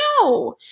No